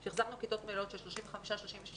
עת החזרנו כיתות מלאות של 36-35 ילדים,